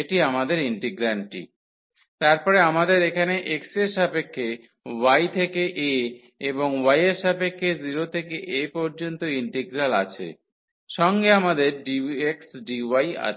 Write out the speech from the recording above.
এটি আমাদের ইন্টিগ্রান্ডটি তারপরে আমাদের এখানে x এর সাপেক্ষে y থেকে a এবং y এর সাপেক্ষে 0 থেকে a পর্যন্ত ইন্টিগ্রাল আছে সঙ্গে আমাদের dx dy আছে